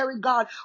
God